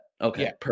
Okay